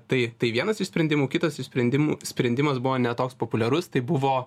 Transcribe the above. tai tai vienas iš sprendimų kitas iš sprendimų sprendimas buvo ne toks populiarus tai buvo